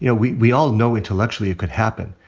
you know we we all know intellectually it could happen.